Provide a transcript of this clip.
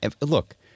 look